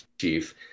chief